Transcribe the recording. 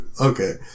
Okay